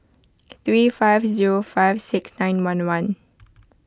three five zero five six nine one one